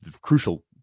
crucial